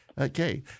Okay